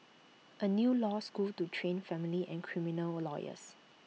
A new law school to train family and criminal lawyers